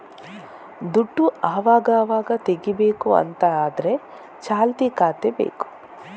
ದುಡ್ಡು ಅವಗಾವಾಗ ತೆಗೀಬೇಕು ಅಂತ ಆದ್ರೆ ಚಾಲ್ತಿ ಖಾತೆ ಬೇಕು